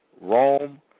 Rome